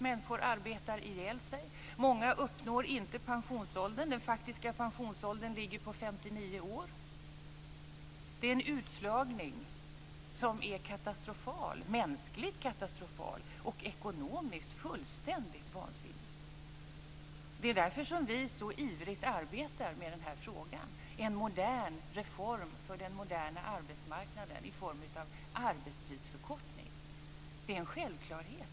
Människor arbetar ihjäl sig. Många uppnår inte pensionsåldern. Den faktiska pensionsåldern ligger på 59 år. Det är en utslagning som är mänskligt katastrofal och ekonomiskt fullständigt vansinnig. Det är därför som vi så ivrigt arbetar med den här frågan. Det är en modern reform för den moderna arbetsmarknaden i form av en arbetstidsförkortning. Det är en självklarhet.